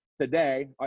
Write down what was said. Today